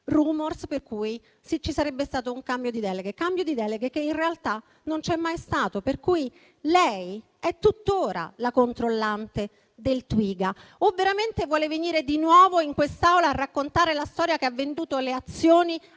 *rumors* per cui ci sarebbe stato un cambio di deleghe; cambio di deleghe che in realtà non c'è mai stato, per cui lei è tuttora la controllante del Twiga. O davvero vuole venire di nuovo in quest'Aula a raccontare la storia che ha venduto le azioni al suo